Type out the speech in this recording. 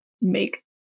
make